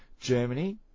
Germany